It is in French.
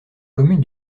commune